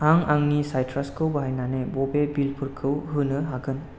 आं आंनि साइट्रासखौ बाहायनानै बबे बिलफोरखौ होनो हागोन